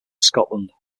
scotland